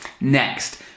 Next